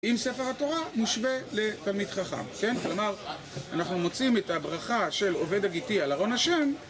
אם ספר התורה מושווה לתלמיד חכם, כן? כלומר, אנחנו מוצאים את הברכה של עובד הגיטי על ארון השם.